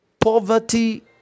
poverty